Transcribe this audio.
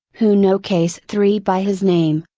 who know case three by his name,